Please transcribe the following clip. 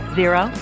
zero